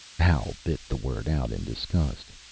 hal bit the word out in disgust.